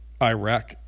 Iraq